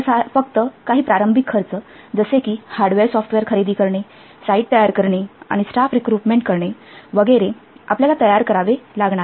तर फक्त काही प्रारंभिक खर्च जसे की हार्डवेअर सॉफ्टवेअर खरेदी करणे साइट तयार करणे आणि स्टाफ रिक्रुटमेंट करणे वगैरे आपल्याला तयार करावे लागणार